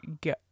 go